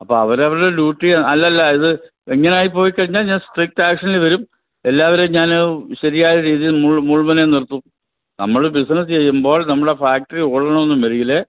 അപ്പോൾ അവരവരുടെ ഡ്യൂട്ടി അല്ലല്ല ഇത് ഇങ്ങനായിപ്പോയി കഴിഞ്ഞാൽ ഞാൻ സ്ട്രിക്ട് ആക്ഷനിൽ വരും എല്ലാവരേം ഞാൻ ശരിയായ രീതിയിൽ മുൾ മുൾമുനയിൽ നിർത്തും നമ്മൾ ബിസിനസ് ചെയ്യുമ്പോൾ നമ്മളെ ഫാക്ടറി ഓടണമെന്നുണ്ടെങ്കിൽ